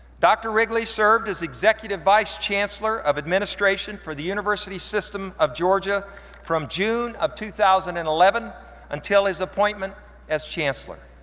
dr. wrigley served as executive vice chancellor of administration for the university system of georgia from june of two thousand and eleven until his appointment as chancellor.